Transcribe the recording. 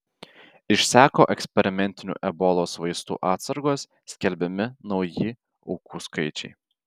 išseko eksperimentinių ebolos vaistų atsargos skelbiami nauji aukų skaičiai